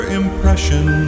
impression